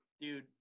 Dude